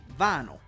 vinyl